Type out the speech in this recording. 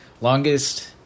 Longest